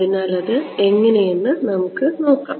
അതിനാൽ അത് എങ്ങനെയെന്ന് നമുക്ക് നോക്കാം